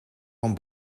van